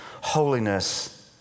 holiness